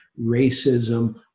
racism